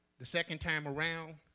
the second time around,